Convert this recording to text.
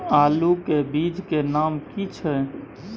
आलू के बीज के नाम की छै?